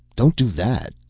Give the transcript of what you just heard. don't do that,